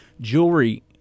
jewelry